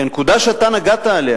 כי הנקודה שאתה נגעת בה,